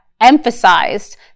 emphasized